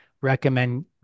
recommend